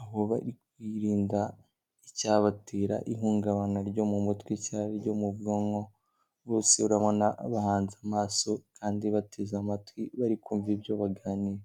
aho bari kwirinda icyabatera ihungabana ryo mu mutwe cyangwa iryo mu bwonko, bose urabona bahanze amaso, kandi bateze amatwi bari kumva ibyo baganira.